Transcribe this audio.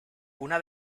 una